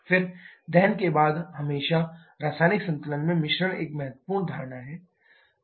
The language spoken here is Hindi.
फिर दहन के बाद हमेशा रासायनिक संतुलन में मिश्रण एक महत्वपूर्ण धारणा है